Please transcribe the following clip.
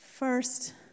First